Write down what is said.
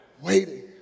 waiting